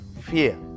fear